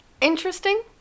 interesting